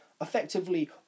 Effectively